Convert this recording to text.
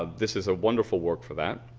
ah this is a wonderful work for that.